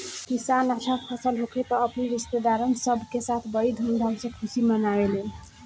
किसान अच्छा फसल होखे पर अपने रिस्तेदारन सब के साथ बड़ी धूमधाम से खुशी मनावेलन